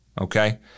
okay